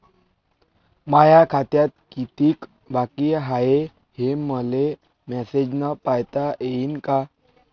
माया खात्यात कितीक बाकी हाय, हे मले मेसेजन पायता येईन का?